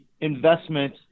investment